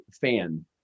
fan